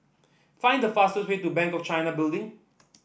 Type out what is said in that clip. find the fastest way to Bank of China Building